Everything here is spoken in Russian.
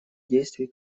действий